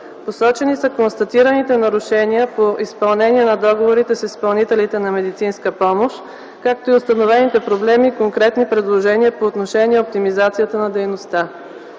Посочени са констатираните нарушения по изпълнение на договорите с изпълнителите на медицинска помощ, както и установените проблеми и конкретни предложения по отношение оптимизацията на дейността.